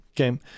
Okay